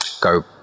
go